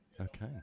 okay